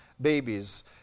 babies